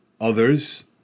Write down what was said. Others